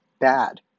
bad